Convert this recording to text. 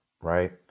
right